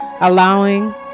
Allowing